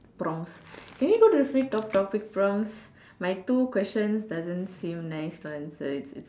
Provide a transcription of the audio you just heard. prompts can we go to the free talk topic prompts my two questions doesn't seem nice to answer it's